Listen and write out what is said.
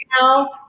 now